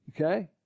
okay